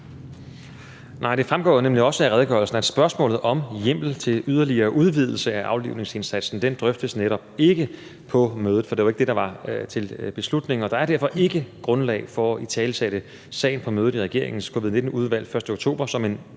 Nej, det fremgår jo nemlig også af redegørelsen, at spørgsmålet om hjemmel til yderligere udvidelse af aflivningsindsatsen netop ikke drøftes på mødet, for det var ikke det, der var til beslutning, og der er derfor ikke grundlag for at italesætte sagen på mødet i regeringens Covid-19-udvalg den 1. oktober som en